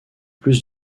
plus